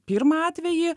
pirmą atvejį